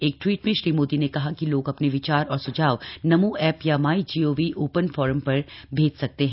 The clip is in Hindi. एक ट्वीट में श्री मोदी ने कहा कि लोग अपने विचार और स्झाव नमो ऐप या माई जीओवी ओपन फोरम पर भेज सकते हैं